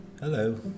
Hello